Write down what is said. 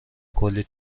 کلّی